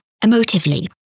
emotively